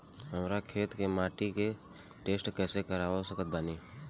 हमरा खेत के माटी के टेस्ट कैसे करवा सकत बानी?